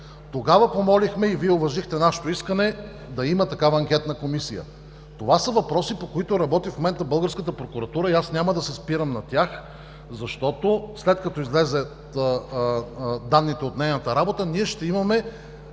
тогава помолихме, и Вие уважихте нашето искане да има такава Анкетна комисия. Това са въпроси, по които работи в момента българската прокуратура и аз няма да се спирам на тях, защото след като излязат данните от нейната работа, ние ще имаме